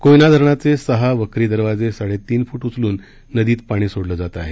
कोयना धरणाचे सहा वक्री दरवाजे साडे तीन फुट उचलून नदीत पाणी सोडलं जात आहे